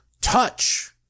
touch